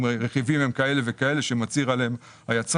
אם הרכיבים הם כאלה וכאלה כפי שמצהיר עליהם היצרן.